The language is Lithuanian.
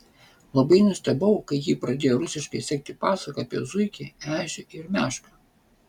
labai nustebau kai ji pradėjo rusiškai sekti pasaką apie zuikį ežį ir mešką